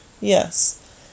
yes